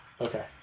Okay